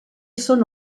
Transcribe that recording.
són